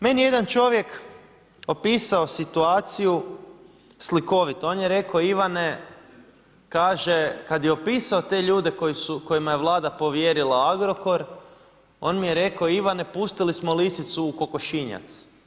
Meni je jedan čovjek opisao situaciju slikovito, on je rekao Ivane kaže kada je opisao te ljude kojima je vlada povjerila Agrokor, on je rekao pustili smo lisicu u kokošinjac.